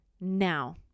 now